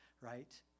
right